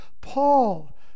Paul